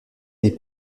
n’est